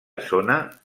zona